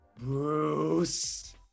Bruce